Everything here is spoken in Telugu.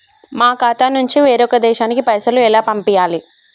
మా ఖాతా నుంచి వేరొక దేశానికి పైసలు ఎలా పంపియ్యాలి?